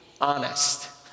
honest